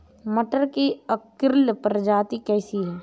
मटर की अर्किल प्रजाति कैसी है?